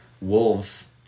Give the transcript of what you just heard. Wolves